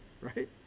right